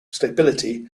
stability